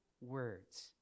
Words